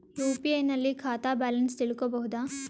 UPI ನಲ್ಲಿ ಖಾತಾ balance ತಿಳಕೊ ಬಹುದಾ?